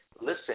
listen